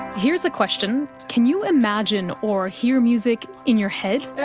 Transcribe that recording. here's a question can you imagine or hear music in your head?